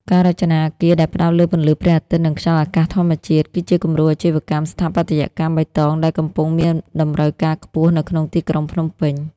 ការរចនាអគារដែលផ្ដោតលើពន្លឺព្រះអាទិត្យ និងខ្យល់អាកាសធម្មជាតិ គឺជាគំរូអាជីវកម្មស្ថាបត្យកម្មបៃតងដែលកំពុងមានតម្រូវការខ្ពស់នៅក្នុងទីក្រុងភ្នំពេញ។